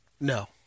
No